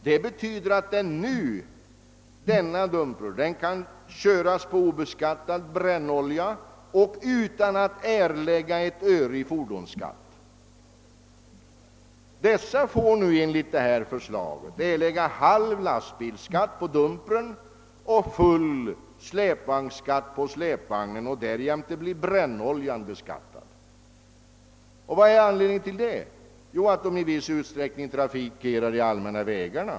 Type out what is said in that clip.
Det betyder att en sådan dumper kan köras på obeskattad brännolja utan att erlägga ett öre i fordonsskatt. Dessa dumprar får nu enligt det föreliggande förslaget erlägga halv lastbilsskatt på själva dum pern och full släpvagnsskatt på släpvagnarna. Därjämte blir brännoljan beskattad. Vad är nu anledningen härtill? Jo, att de i viss utsträckning trafikerar de allmänna vägarna.